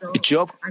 Job